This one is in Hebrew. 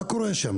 מה קורה שם?